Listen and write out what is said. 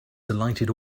delighted